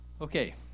Okay